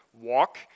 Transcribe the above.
walk